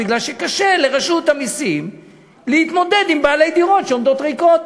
כי קשה לרשות המסים להתמודד עם בעלי דירות שעומדות ריקות.